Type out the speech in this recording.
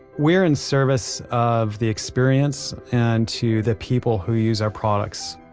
we're in service of the experience, and to the people who use our products.